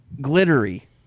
glittery